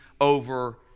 over